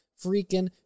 freaking